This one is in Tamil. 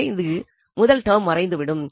எனவே இந்த முதல் டெர்ம் மறைந்துவிடும்